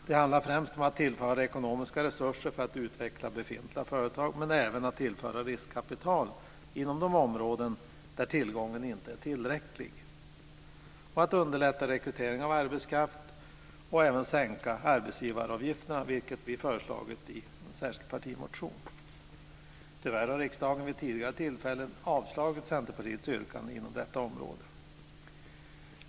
Det handlar främst om att tillföra ekonomiska resurser för att utveckla befintliga företag men även om att tillföra riskkapital inom de områden där tillgången inte är tillräcklig. Vidare handlar det om att underlätta rekrytering av arbetskraft och om att sänka arbetsgivaravgifterna, vilket vi har föreslagit i en särskild partimotion. Tyvärr har riksdagen vid tidigare tillfällen avslagit Centerpartiets yrkande inom detta område.